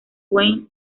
wayne